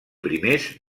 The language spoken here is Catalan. primers